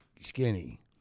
skinny